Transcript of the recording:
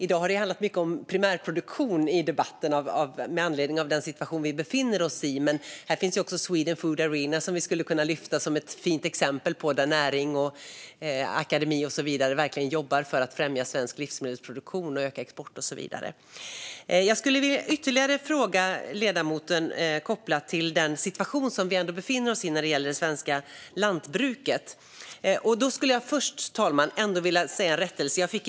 I dag har det handlat mycket om primärproduktion i debatten med anledning av den situation som vi befinner oss i. Här finns också Sweden Food Arena, som vi skulle kunna lyfta fram som ett fint exempel på när näring, akademi med flera jobbar för att främja svensk livsmedelsproduktion, öka exporten och så vidare. Jag skulle vilja fråga ledamoten något ytterligare kopplat till den situation som vi befinner oss i när det gäller det svenska lantbruket, men först skulle jag vilja göra en rättelse, fru talman.